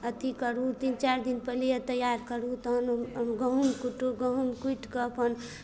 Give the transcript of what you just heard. अथी करू तीन चारि दिन पहिले तैयार करू तहन गहुम कुटू गहुम कुटिके अपन